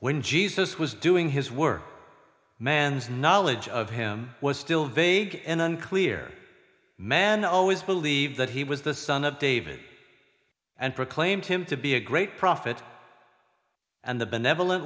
when jesus was doing his work man's knowledge of him was still vague in unclear man always believed that he was the son of david and proclaimed him to be a great prophet and the benevolent